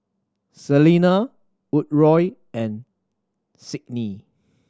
Selena Woodroe and Sydnee